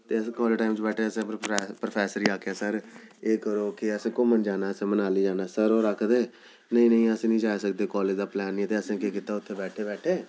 ते अस कालेज च टैम बैठे दे हे असें प्रोफैसर गी आखेआ सर एह् करो कि असें घूमन जाना ऐ अस मनाली जाना ऐ सर होर आक्खा दे हे नेईं नेईं अस निं जाई सकदे कालेज दा प्लैन निं ते एसें केह् कीता उत्थै बैठे बैठे